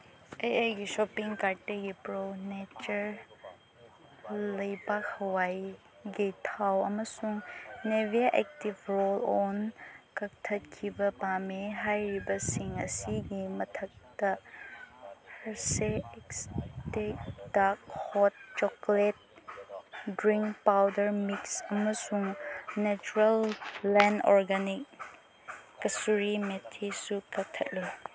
ꯑꯩ ꯑꯩꯒꯤ ꯁꯣꯞꯄꯤꯡ ꯀꯥꯔꯠꯇꯒꯤ ꯄ꯭ꯔꯣ ꯅꯦꯆꯔ ꯂꯩꯕꯥꯛ ꯍꯋꯥꯏꯒꯤ ꯊꯥꯎ ꯑꯃꯁꯨꯡ ꯅꯦꯚꯤꯌꯥ ꯑꯦꯛꯇꯤꯞ ꯔꯣꯜ ꯑꯣꯟ ꯀꯛꯊꯠꯈꯤꯕ ꯄꯥꯝꯃꯤ ꯍꯥꯏꯔꯤꯕꯁꯤꯡ ꯑꯁꯤꯒꯤ ꯃꯊꯛꯇ ꯁꯦꯛꯁ ꯇꯦꯛ dark hot chocolate drink powder mix ꯑꯃꯁꯨꯡ ꯅꯦꯆꯔꯦꯜ ꯂꯦꯟ ꯑꯣꯔꯒꯥꯅꯤꯛ ꯀꯁꯨꯔꯤ ꯃꯦꯊꯤꯁꯁꯨ ꯀꯛꯊꯠꯂꯨ